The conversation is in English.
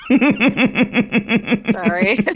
Sorry